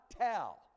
tell